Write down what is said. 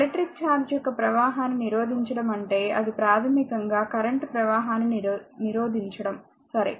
electric charge యొక్క ప్రవాహాన్ని నిరోధించడం అంటే అది ప్రాథమికంగా కరెంట్ ప్రవాహాన్ని నిరోధించడం సరే